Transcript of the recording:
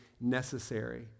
necessary